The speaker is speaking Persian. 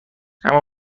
اما